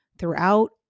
throughout